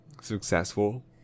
successful